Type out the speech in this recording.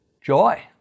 joy